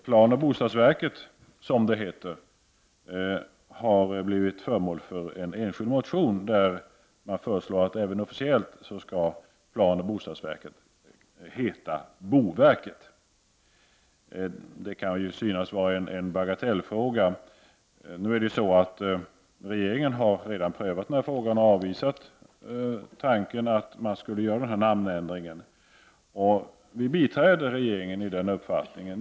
Planoch bostadsverket har blivit föremål för en enskild motion, där det föreslås att planoch bostadsverket även officiellt skall heta boverket. Det kan ju synas vara en bagatellfråga. Regeringen har redan prövat denna fråga och avvisat tanken på att göra en sådan namnändring. Vi biträder regeringen i denna uppfattning.